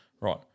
Right